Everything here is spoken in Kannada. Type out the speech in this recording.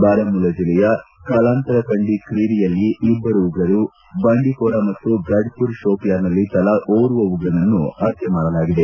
ಬಾರಾಮುಲ್ಲಾ ಜಿಲ್ಲೆಯ ಕಲಾಂತರ ಕಂಡಿ ಕ್ರಿರಿಯಲ್ಲಿ ಇಬ್ಬರು ಉಗ್ರರು ಬಾಂಡಿಪೋರಾ ಮತ್ತು ಗಢ್ಪೋರಾ ಶೋಪಿಯಾನ್ನಲ್ಲಿ ತಲಾ ಓರ್ವ ಉಗ್ರನನ್ನು ಹತ್ತೆ ಮಾಡಲಾಗಿದೆ